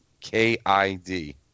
K-I-D